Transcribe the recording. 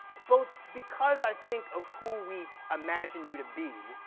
both because i think of who we imagine you to be,